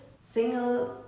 single